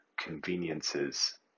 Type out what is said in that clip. conveniences